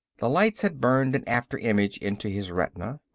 the lights had burned an after-image into his retina.